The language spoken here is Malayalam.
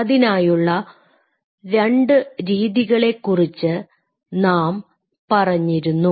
അതിനായുള്ള രണ്ടു രീതികളെക്കുറിച്ച് നാം പറഞ്ഞിരുന്നു